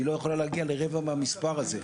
היא לא יכולה להגיע לרבע מהמספר הזה.